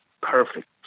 Perfect